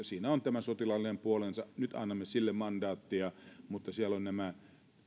siinä on tämä sotilaallinen puolensa nyt annamme sille mandaatteja mutta siellä on nämä